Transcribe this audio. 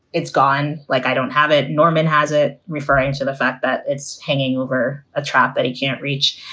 it's gone. like, i don't have it. norman has it, referring to the fact that it's hanging over a trap that he can't reach.